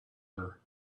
her